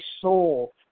soul